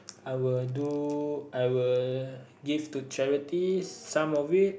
I will do I will give to charity some of it